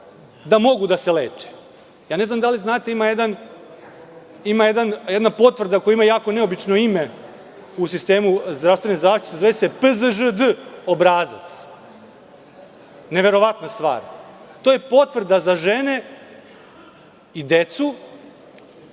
da mogu da se leče. Ne znam da li znate, ima jedna potvrda koja ima jako neobično ime u sistemu zdravstvene zaštite, a zove se PZŽD obrazac. Neverovatna stvar. To je potvrda za žene i decu